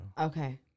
Okay